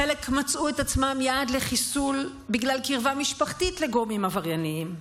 חלק מצאו את עצמם יעד לחיסול בגלל קרבה משפחתית לגורמים עברייניים,